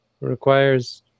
requires